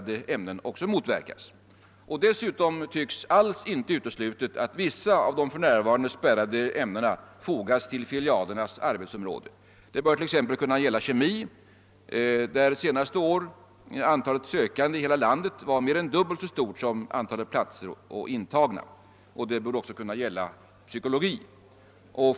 Dessutom bör det alls inte vara uteslutet att vissa av de spärrade ämnena fogas till filialernas arbetsområde. Det bör t.ex. gälla kemi, där senaste året antalet sökande i hela landet var mer än dubbelt så stort som antalet platser och intagna, och det bör även gälla psykologi.